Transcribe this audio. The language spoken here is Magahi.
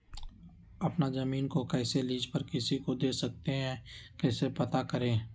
अपना जमीन को कैसे लीज पर किसी को दे सकते है कैसे पता करें?